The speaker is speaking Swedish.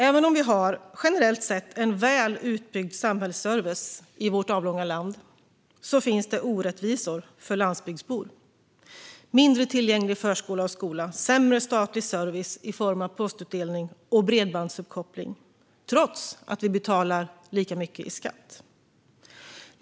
Även om vi generellt sett har en väl utbyggd samhällsservice i vårt avlånga land finns det orättvisor för landsbygdsbor: mindre tillgänglig förskola och skola, sämre statlig service i form av postutdelning och sämre bredbandsuppkoppling, trots att vi betalar lika mycket i skatt.